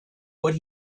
what